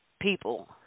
people